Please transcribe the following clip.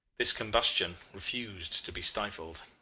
this combustion refused to be stifled.